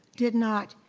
did not,